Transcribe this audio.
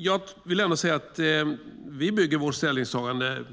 Inom Kristdemokraterna bygger vi vårt ställningstagande